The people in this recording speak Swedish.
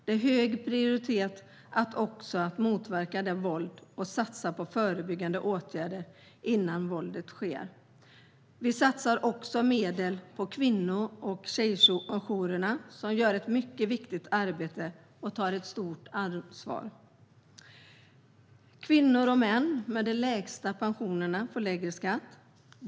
Det är också hög prioritet på att motverka våld och satsa på förebyggande åtgärder så att våldet inte sker. Vi satsar också medel på kvinno och tjejjourerna, som gör ett mycket viktigt arbete och tar ett stort ansvar. Kvinnor och män med de lägsta pensionerna får lägre skatt.